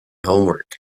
homework